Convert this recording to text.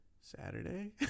Saturday